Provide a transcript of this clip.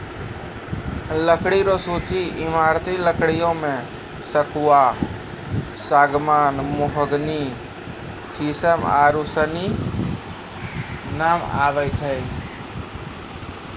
लकड़ी रो सूची ईमारती लकड़ियो मे सखूआ, सागमान, मोहगनी, सिसम आरू सनी नाम आबै छै